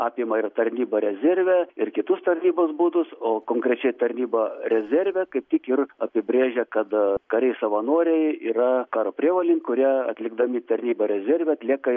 apima ir tarnybą rezerve ir kitus tarnybos būdus o konkrečiai tarnyba rezerve kaip tik ir apibrėžia kad kariai savanoriai yra karo prievolėj kurie atlikdami tarnybą rezerve atlieka